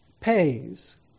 pays